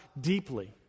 deeply